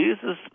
Jesus